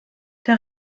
der